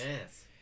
Yes